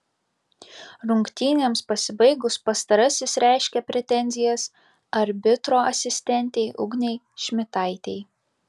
rungtynėms pasibaigus pastarasis reiškė pretenzijas arbitro asistentei ugnei šmitaitei